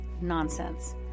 nonsense